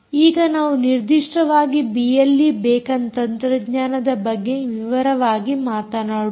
ಈಗ ನಾವು ನಿರ್ದಿಷ್ಟವಾಗಿ ಬಿಎಲ್ಈ ಬೇಕಾನ್ ತಂತ್ರಜ್ಞಾನದ ಬಗ್ಗೆ ವಿವರವಾಗಿ ಮಾತನಾಡೋಣ